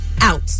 out